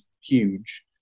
huge